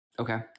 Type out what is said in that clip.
Okay